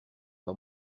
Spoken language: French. pas